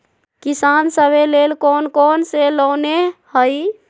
किसान सवे लेल कौन कौन से लोने हई?